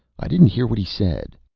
i didn't hear what he said.